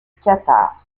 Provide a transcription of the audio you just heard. qatar